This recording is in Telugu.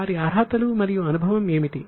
వారి అర్హతలు మరియు అనుభవం ఏమిటి